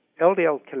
LDL